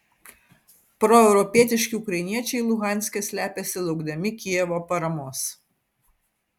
proeuropietiški ukrainiečiai luhanske slepiasi laukdami kijevo paramos